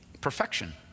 Perfection